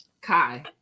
Kai